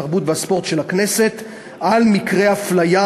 התרבות והספורט של הכנסת על מקרי הפליה